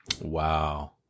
Wow